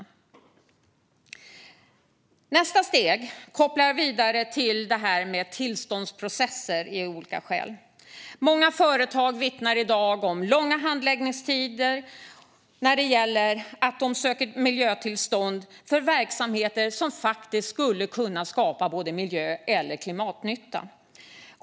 I nästa steg kopplar jag vidare till detta med tillståndsprocesser. Många företag vittnar i dag om långa handläggningstider när de söker miljötillstånd för verksamheter som skulle kunna skapa miljö eller klimatnytta.